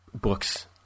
books